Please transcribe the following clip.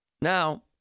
Now